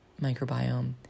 microbiome